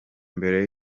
mbere